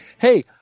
Hey